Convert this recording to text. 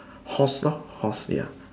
horse lor horse ya